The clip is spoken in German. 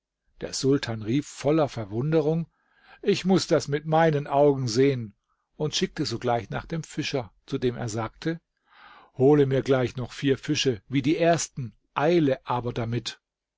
der sultan rief voller verwunderung ich muß das mit meinen augen sehen und schickte sogleich nach dem fischer zu dem er sagte hole mir gleich noch vier fische wie die ersten eile aber damit